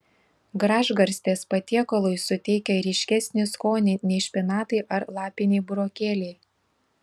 gražgarstės patiekalui suteikia ryškesnį skonį nei špinatai ar lapiniai burokėliai